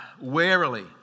warily